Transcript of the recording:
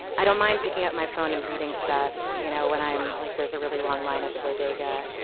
i don't mind picking up my phone and reading stuff. you know when i'm like there's a really long line at the bodega.